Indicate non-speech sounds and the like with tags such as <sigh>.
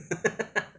<laughs>